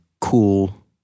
cool